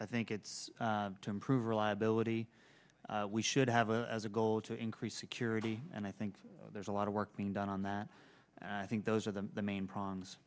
i think it's to improve reliability we should have as a goal to increase security and i think there's a lot of work being done on that i think those are the main problems